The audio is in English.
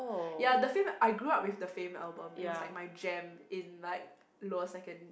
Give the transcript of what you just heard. ya the Fame I grew up with the Fame album it was like my jam in like lower second